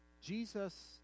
Jesus